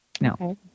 no